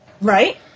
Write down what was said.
Right